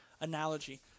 analogy